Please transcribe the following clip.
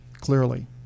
clearly